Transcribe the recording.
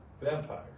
Vampires